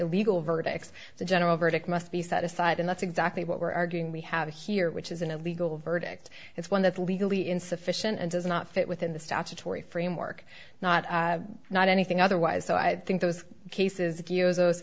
illegal verdicts the general verdict must be set aside and that's exactly what we're arguing we have here which is an illegal verdict it's one that legally insufficient and does not fit within the statutory framework not not anything otherwise so i think those cases accuse those